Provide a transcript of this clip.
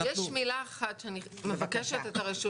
יש מילה אחת שאני מבקשת את הרשות לומר.